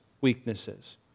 weaknesses